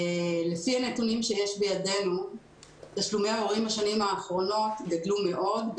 לפי הנתונים שיש בידינו תשלומי ההורים בשנים האחרונות גדלו מאוד.